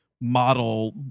model